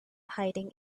hiding